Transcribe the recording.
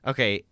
Okay